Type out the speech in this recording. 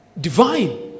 divine